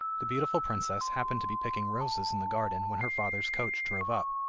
the beautiful princess happened to be picking roses in the garden, when her father's coach drove up.